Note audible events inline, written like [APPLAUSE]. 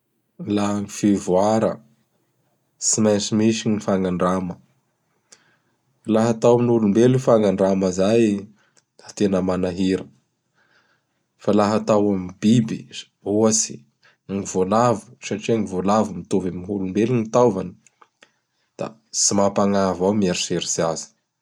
Laha gny fivoara, tsy maintsy misy gny fagnandrama. Laha hatao am gn' olombelo i fagnandrama izay da tena manahira. Fa laha hatao amin' gny biby, ohatsy, [NOISE] gny voalavo satria gny voalavo mitovy am gn' olombelo gn taovany; [NOISE] da tsy mampagnahy avao mieritseritsy azy.